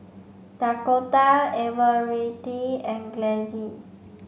Dakoda Everette and